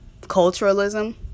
culturalism